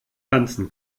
tanzen